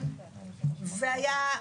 חבריי,